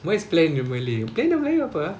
what's plan in malay plan dalam melayu apa ah